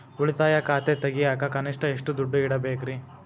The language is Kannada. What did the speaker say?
ಉಳಿತಾಯ ಖಾತೆ ತೆಗಿಯಾಕ ಕನಿಷ್ಟ ಎಷ್ಟು ದುಡ್ಡು ಇಡಬೇಕ್ರಿ?